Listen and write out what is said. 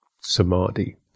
samadhi